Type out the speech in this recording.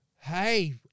Hey